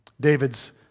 David's